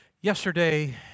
Yesterday